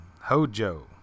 Hojo